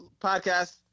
podcast